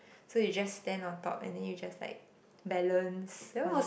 so you just stand on top and then you just like balance on it